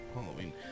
Halloween